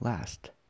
Last